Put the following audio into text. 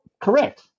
Correct